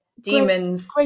Demons